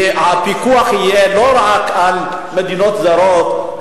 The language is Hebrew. הפיקוח יהיה לא רק על מדינות זרות,